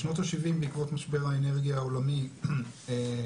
בשנות ה-70 בעקבות משבר האנרגיה העולמי הייתה